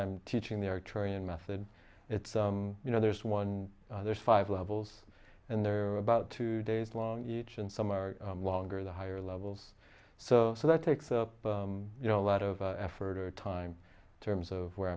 i'm teaching there training method it's you know there's one there's five levels and there are about two days long each and some are longer the higher levels so so that takes up you know a lot of effort or time terms of where